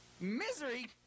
Misery